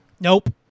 Nope